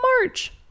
march